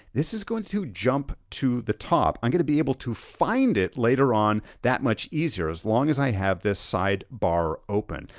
this is gonna jump to the top, i'm gonna be able to find it later on that much easier as long as i have this side bar open.